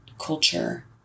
culture